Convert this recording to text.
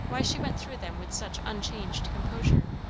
why she went through them with such unchanged composure.